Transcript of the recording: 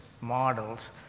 models